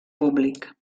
públic